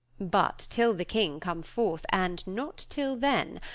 but till the king come forth, and not till then,